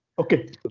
Okay